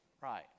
Right